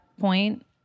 point